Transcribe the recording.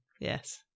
Yes